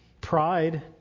pride